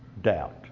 doubt